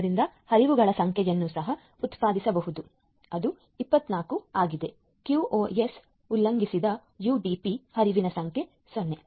ಆದ್ದರಿಂದ ಹರಿವುಗಳ ಸಂಖ್ಯೆಯನ್ನು ಸಹ ಉತ್ಪಾದಿಸಬಹುದು ಅದು 24 ಆಗಿದೆ QoS ಉಲ್ಲಂಘಿಸಿದ ಯುಡಿಪಿ ಹರಿವಿನ ಸಂಖ್ಯೆ 0